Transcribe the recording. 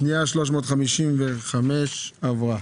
פנייה 355 עברה.